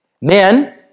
Men